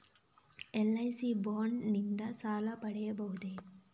LIC bond ನಿಂದ ಸಾಲ ಪಡೆಯಬಹುದೇ?